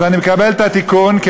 אני מקבל את התיקון שלך,